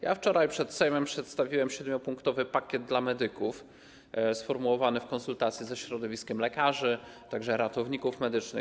Ja wczoraj przed Sejmem przedstawiłem siedmiopunktowy pakiet dla medyków, sformułowany w konsultacji ze środowiskiem lekarzy, a także ratowników medycznych.